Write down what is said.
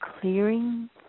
clearing